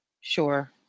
Sure